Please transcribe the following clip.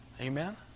Amen